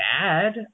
bad